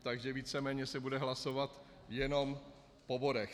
Takže víceméně se bude hlasovat jenom o bodech.